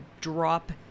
drop